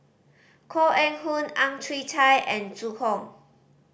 Koh Eng Hoon Ang Chwee Chai and Zhu Hong